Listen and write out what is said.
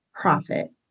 profit